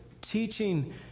teaching